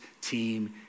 team